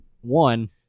One